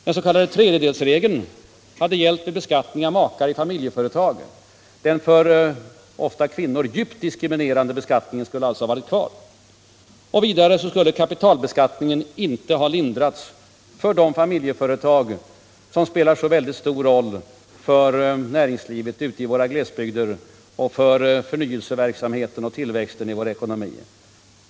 Man hade vidare behållit den för mest kvinnor ofta djupt diskriminerande s.k. tredjedelsregeln vid beskattningen av makar i familjeföretag. Vidare skulle kapitalbeskattningen inte ha lindrats för de familjefö retag som spelar så stor roll för näringslivet i våra glesbygder och för förnyelseverksamheten och tillväxten i vår ekonomi.